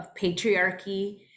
patriarchy